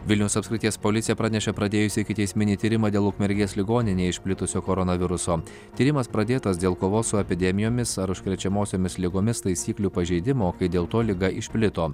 vilniaus apskrities policija pranešė pradėjusi ikiteisminį tyrimą dėl ukmergės ligoninėje išplitusio koronaviruso tyrimas pradėtas dėl kovos su epidemijomis ar užkrečiamosiomis ligomis taisyklių pažeidimo kai dėl to liga išplito